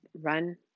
run